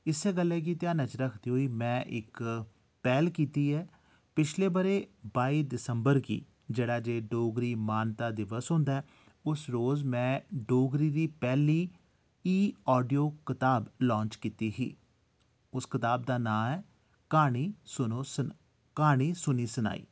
इस्सै गल्लै गी ध्याना च रखदे होई में इक पैह्ल कीती ऐ पिछले बरे बाई दिसंबर गी जेह्ड़ा जे डोगरी मानता दिवस होंदा ऐ उस रोज में डोगरी दी पैहली ई आडियो कताब लांच कीती ही उस कताब दा नां ऐ क्हानी सुनो क्हानी सुनी सनाई